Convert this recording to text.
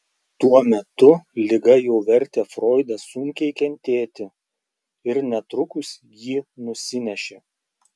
tuo metu liga jau vertė froidą sunkiai kentėti ir netrukus jį nusinešė